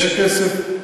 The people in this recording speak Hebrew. יש כסף,